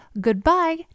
goodbye